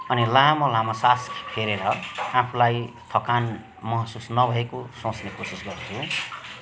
अनि लामो लामो सास फेरेर आफूलाई थकान महसुस नभएको सोच्ने कोसिस गर्छु